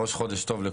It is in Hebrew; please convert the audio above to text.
ראש חודש טוב,